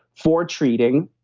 for treating,